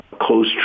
close